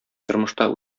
тормышта